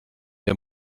der